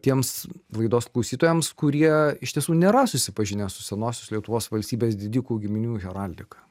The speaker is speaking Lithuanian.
tiems laidos klausytojams kurie iš tiesų nėra susipažinę su senosios lietuvos valstybės didikų giminių heraldika